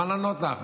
אני מוכן לענות לך.